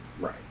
Right